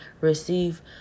receive